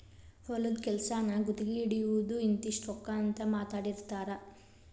ಹೊಲದ ಕೆಲಸಾನ ಗುತಗಿ ಹಿಡಿಯುದು ಇಂತಿಷ್ಟ ರೊಕ್ಕಾ ಅಂತ ಮಾತಾಡಿರತಾರ